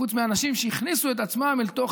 חוץ מאנשים שהכניסו את עצמם אל תוך